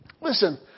listen